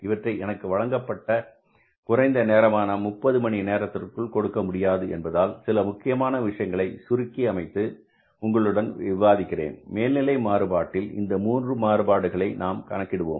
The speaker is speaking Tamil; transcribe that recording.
இவற்றை எனக்கு வழங்கப்பட்டது குறைந்த நேரமான முப்பது மணி நேரத்திற்குள் கொடுக்க முடியாது என்பதால் சில முக்கியமான விஷயங்களை சுருக்கி அமைப்பு உங்களுடன் விவாதிக்கிறேன் மேல்நிலை மாறுபாட்டில் மூன்று மாறுபாடுகளை நாம் கணக்கிடுவோம்